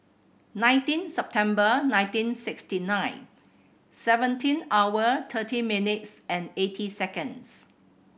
nineteen September nineteen sixty nine seventy hour thirty minutes and eighteen seconds